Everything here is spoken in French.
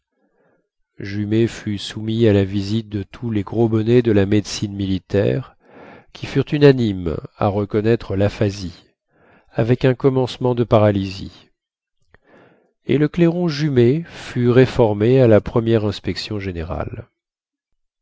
jumet fut soumis à la visite de tous les gros bonnets de la médecine militaire qui furent unanimes à reconnaître laphasie avec un commencement de paralysie et le clairon jumet fut réformé à la première inspection générale